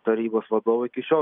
tarybos vadovai iki šio